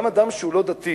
גם אדם שהוא לא דתי